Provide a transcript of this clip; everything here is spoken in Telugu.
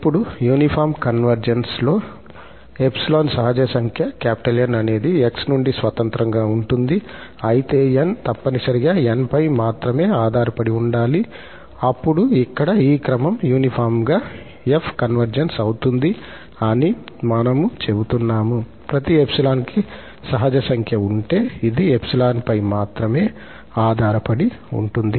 ఇప్పుడు యూనిఫార్మ్ కన్వర్జెన్స్లో ∃ సహజ సంఖ్య 𝑁 అనేది 𝑥 నుండి స్వతంత్రంగా ఉంటుంది అయితే 𝑁 తప్పనిసరిగా 𝑁 పై మాత్రమే ఆధారపడి ఉండాలి అప్పుడు ఇక్కడ ఈ క్రమం యూనిఫార్మ్ గా 𝑓 కుకన్వర్జ్ అవుతుంది అని మనము చెబుతున్నాము ప్రతి 𝜖 కి సహజ సంఖ్య ఉంటే ఇది 𝜖 పై మాత్రమే ఆధారపడి ఉంటుంది